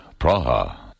Praha